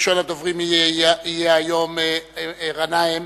ראשון הדוברים יהיה היום חבר הכנסת מסעוד גנאים,